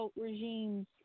regimes